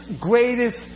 greatest